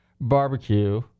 Barbecue